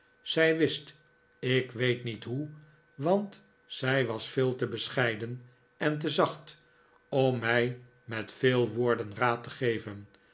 zij wist ik weet niet hoe want zij was veel te bescheiden en te zacht om mij met veel woorden raad te ge